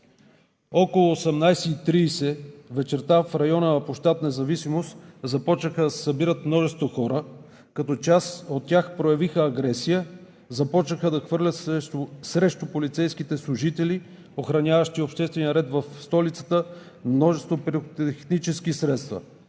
Около 18,30 ч. вечерта в района на площад „Независимост“ започнаха да се събират множество хора, като част от тях проявиха агресия, започнаха да хвърлят срещу полицейските служители, охраняващи обществения ред в столицата, множество пиротехнически средства